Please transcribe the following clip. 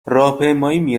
راهپیمایی